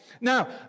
Now